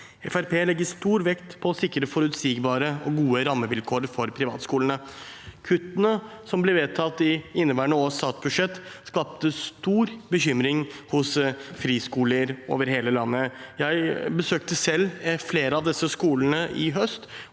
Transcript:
legger stor vekt på å sikre forutsigbare og gode rammevilkår for privatskolene. Kuttene som ble vedtatt i inneværende års statsbudsjett, skapte stor bekymring i friskoler over hele landet. Jeg besøkte selv flere av disse skolene i høst,